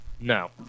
No